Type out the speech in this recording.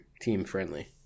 team-friendly